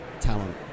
talent